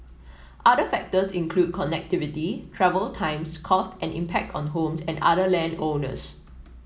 other factors include connectivity travel times costs and impact on homes and other land owners